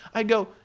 i'd go,